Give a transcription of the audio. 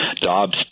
Dobbs